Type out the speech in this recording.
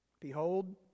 Behold